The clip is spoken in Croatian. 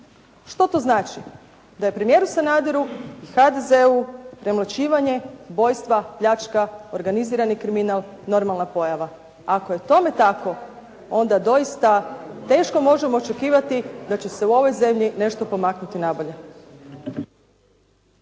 Što to znači? Da je premijeru Sanader i HDZ-u premlaćivanje, ubojstva, pljačka, organizirani kriminal normalna pojava. Ako je tome tako, onda doista teško možemo očekivati da će se u ovoj zemlji nešto pomaknuti na bolje.